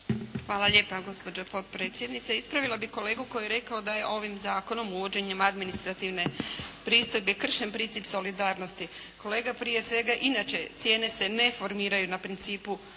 Hvala lijepa gospođo potpredsjednice. Ispravila bi kolegu koji je rekao da je ovim zakonom uvođenjem administrativne pristojbe kršen princip solidarnosti. Kolega, prije svega inače cijene se ne formiraju na principu